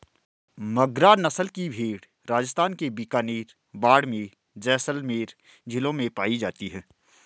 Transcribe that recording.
मगरा नस्ल की भेंड़ राजस्थान के बीकानेर, बाड़मेर, जैसलमेर जिलों में पाई जाती हैं